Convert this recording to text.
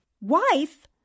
Wife